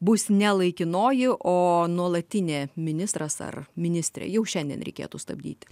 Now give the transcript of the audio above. bus ne laikinoji o nuolatinė ministras ar ministrė jau šiandien reikėtų stabdyti